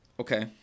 Okay